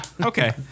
Okay